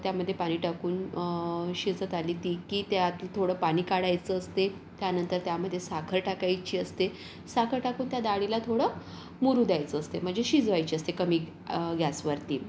त्यामध्ये पाणी टाकून शिजत आली ती की त्यात थोडं पाणी काढायचं असते त्यानंतर त्यामध्ये साखर टाकायची असते साखर टाकून त्या डाळीला थोडं मुरू द्यायचं असते म्हणजे शिजवायची असते कमी गॅसवरती